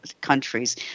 countries